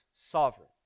sovereign